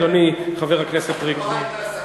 אדוני חבר הכנסת ריבלין.